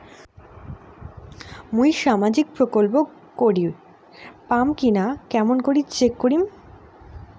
মুই সামাজিক প্রকল্প করির পাম কিনা কেমন করি চেক করিম?